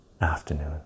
afternoon